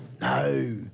No